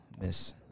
Miss